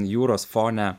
jūros fone